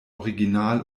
original